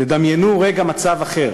דמיינו רגע מצב אחר,